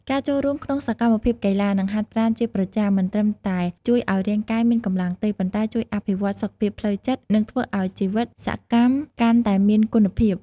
ការចូលរួមក្នុងសកម្មភាពកីឡា និងហាត់ប្រាណជាប្រចាំ មិនត្រឹមតែជួយឲ្យរាងកាយមានកម្លាំងទេ ប៉ុន្តែជួយអភិវឌ្ឍសុខភាពផ្លូវចិត្ត និងធ្វើឲ្យជីវិតសកម្មកាន់តែមានគុណភាព។